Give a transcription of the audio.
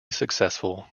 successful